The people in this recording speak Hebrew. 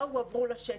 לא הועברו לשטח,